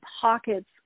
pockets